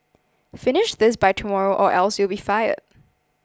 finish this by tomorrow or else you'll be fired